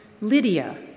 Lydia